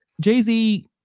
Jay-Z